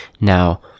Now